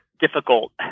difficult